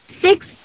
six